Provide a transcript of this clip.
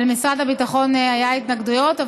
ולמשרד הביטחון היו התנגדויות,